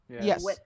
Yes